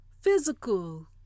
physical